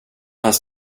hans